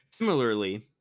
Similarly